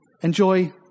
enjoy